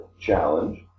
challenge